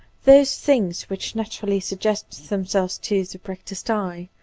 those things which naturally suggest themselves to the practised eye,